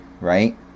Right